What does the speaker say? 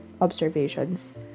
observations